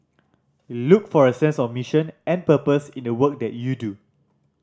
look for a sense of mission and purpose in the work that you do